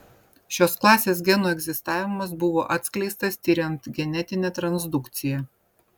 šios klasės genų egzistavimas buvo atskleistas tiriant genetinę transdukciją